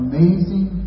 Amazing